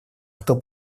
кто